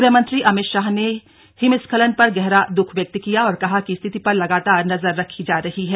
गृहमंत्री अमित शाह ने हिस्खलन पर गहरा दुख व्यक्त किया और कहा कि स्थिति पर लगातार नजर रखी जा रही है